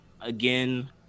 again